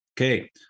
Okay